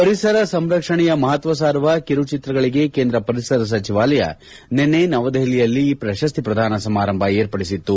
ಪರಿಸರ ಸಂರಕ್ಷಣೆಯ ಮಹತ್ವ ಸಾರುವ ಕಿರು ಚಿತ್ರಗಳಿಗೆ ಕೇಂದ್ರ ಪರಿಸರ ಸಚಿವಾಲಯ ನಿನ್ನೆ ನವದೆಹಲಿಯಲ್ಲಿ ಪ್ರಶಸ್ತಿ ಪ್ರದಾನ ಸಮಾರಂಭ ಏರ್ಪಡಿಸಿತು